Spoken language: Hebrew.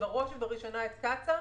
ובראש ובראשונה את קצא"א.